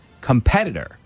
competitor